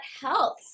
health